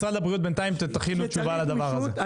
משרד הבריאות בינתיים תכינו תשובה לדבר הזה.